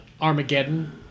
Armageddon